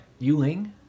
Yuling